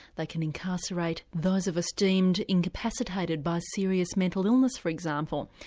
they can incarcerate those of us deemed incapacitated by serious mental illness, for example.